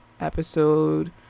episode